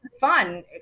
fun